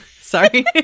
Sorry